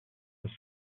the